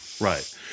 right